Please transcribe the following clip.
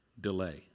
delay